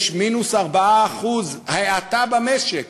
יש מינוס 4% האטה במשק,